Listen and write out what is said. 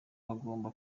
hagomba